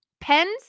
Pens